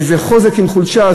איזה חוזק עם חולשה,